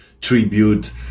tribute